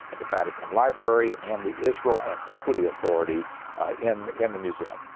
and the vatican library and the israel antiquity authority in, in the museum.